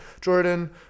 Jordan